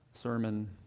sermon